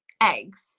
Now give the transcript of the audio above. eggs